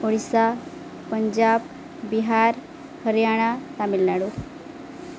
Odisha Punjab Bihar Haryana Tamil Nadu